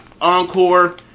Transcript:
encore